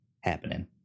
happening